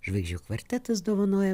žvaigždžių kvartetas dovanoja